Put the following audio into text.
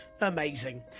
Amazing